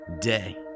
day